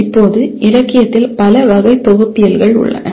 இப்போது இலக்கியத்தில் பல வகைதொகுப்பியல்கள் உள்ளன